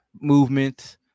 movement